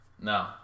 No